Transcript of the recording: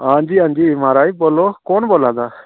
हां जी हां जी महाराज बोलो कौन बोला दा